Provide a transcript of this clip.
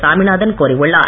சாமிநாதன் கோரியுள்ளார்